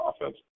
offense